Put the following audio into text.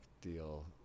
deal